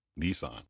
Nissan